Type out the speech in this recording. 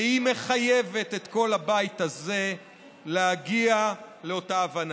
והיא מחייבת את כל הבית הזה להגיע לאותה הבנה.